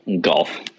golf